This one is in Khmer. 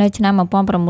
នៅឆ្នាំ ១៩៦